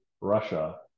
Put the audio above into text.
Russia